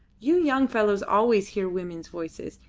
you young fellows always hear women's voices.